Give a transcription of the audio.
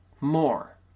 more